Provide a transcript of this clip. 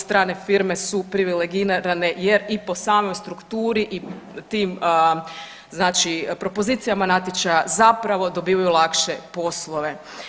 Strane firme su privilegirane jer i po samoj strukturi tim znači propozicijama natječaja zapravo dobivaju lakše poslove.